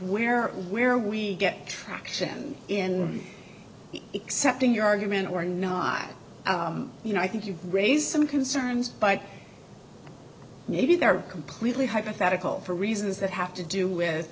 where where we get traction in except in your argument or not you know i think you raise some concerns but maybe they're completely hypothetical for reasons that have to do with